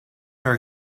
are